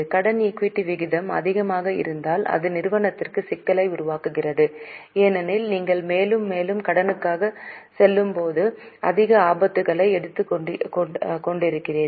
கடன் ஈக்விட்டி விகிதம் அதிகமாக இருந்தால் இது நிறுவனத்திற்கு சிக்கலை உருவாக்குகிறது ஏனெனில் நீங்கள் மேலும் மேலும் கடனுக்காக செல்லும்போது அதிக ஆபத்துக்களை எடுத்துக்கொள்கிறீர்கள்